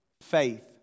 faith